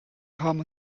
come